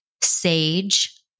Sage